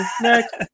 Next